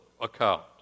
account